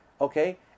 Okay